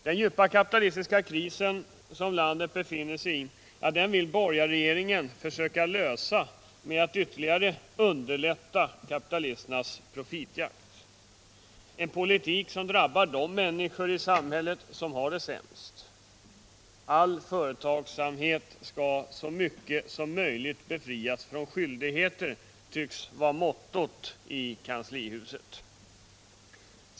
Den djupa kapitalistiska kris som landet befinner sig i vill borgarregeringen försöka lösa med att ytterligare underlätta kapitalisternas profitjakt. Det är en politik som drabbar de människor i samhället som har det sämst. All företagsamhet skall så mycket som möjligt befrias från skyldigheter — det tycks vara mottot i kanslihuset.